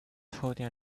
holding